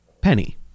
Penny